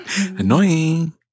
Annoying